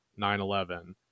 9-11